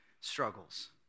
struggles